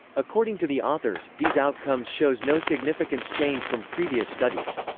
according to the authors, these outcomes shows no significance change from previous studies.